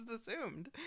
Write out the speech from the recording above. assumed